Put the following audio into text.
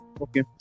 Okay